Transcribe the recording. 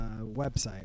website